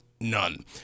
None